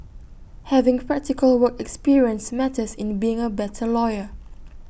having practical work experience matters in being A better lawyer